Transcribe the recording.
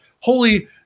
holy